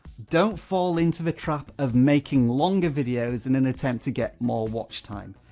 don't fall into the trap of making longer videos in an attempt to get more watch time.